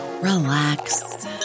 Relax